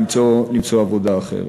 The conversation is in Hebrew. למצוא עבודה אחרת.